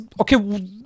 okay